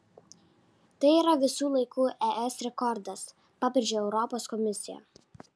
tai yra visų laikų es rekordas pabrėžia europos komisija